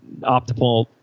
optimal